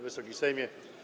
Wysoki Sejmie!